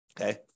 okay